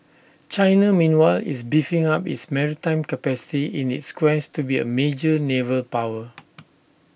China meanwhile is beefing up its maritime capacity in its quest to be A major naval power